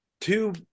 two